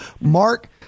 Mark